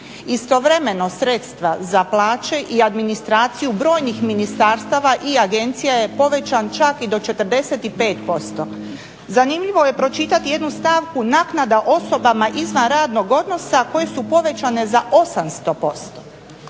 Istovremeno sredstva za plaće i administraciju brojnih ministarstava i agencija je povećan čak i do 45%. Zanimljivo je pročitati jednu stavku naknada osobama izvan radnog odnosa koje su povećane za 800%.